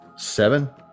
Seven